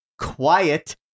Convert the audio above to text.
quiet